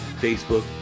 Facebook